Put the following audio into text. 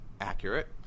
accurate